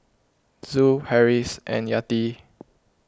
Zul Harris and Yati